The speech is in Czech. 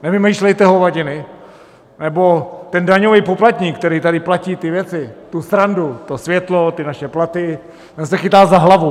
Nevymýšlejte hovadiny, nebo ten daňový poplatník, který tady platí ty věci, tu srandu, to světlo, ty naše platy, ten se chytá za hlavu.